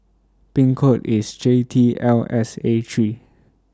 Pin code IS J T L S A three